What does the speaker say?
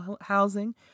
housing